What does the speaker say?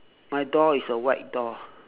my door is a white door